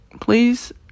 please